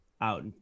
out